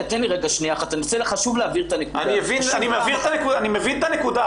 אני מבין את הנקודה.